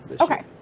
Okay